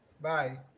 Bye